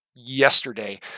Yesterday